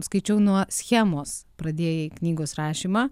skaičiau nuo schemos pradėjai knygos rašymą